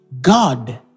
God